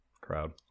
crowd